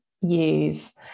use